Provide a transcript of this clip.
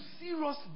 serious